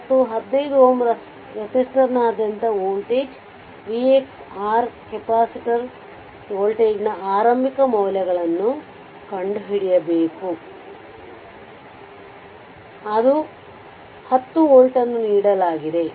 ಮತ್ತು 15 Ω ರೆಸಿಸ್ಟರ್ನಾದ್ಯಂತ voltage VX capacitor ವೋಲ್ಟೇಜ್ನ ಆರಂಭಿಕ ಮೌಲ್ಯಗಳನ್ನು ಕಂಡುಹಿಡಿಯಬೇಕು ಅದು 10 ವೋಲ್ಟ್ ಅನ್ನು ನೀಡಲಾಗಿದೆ